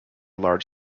large